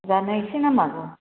फुजानो एसे नांमावगौ